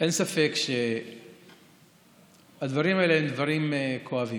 אין ספק שהדברים האלה הם דברים כואבים.